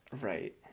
Right